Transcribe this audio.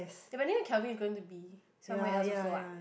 the by the way Kelvin is going to be somewhere else also ah